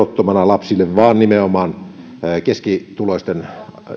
verottomina lapsille vaan nimenomaan keskituloisten